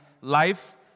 life